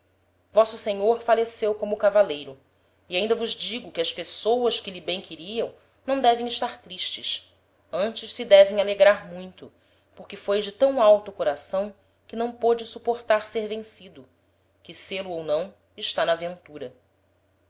vosso senhor faleceu como cavaleiro e ainda vos digo que as pessoas que lhe bem queriam não devem estar tristes antes se devem alegrar muito porque foi de tam alto coração que não pôde suportar ser vencido que sê-lo ou não está na ventura